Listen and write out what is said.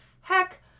Heck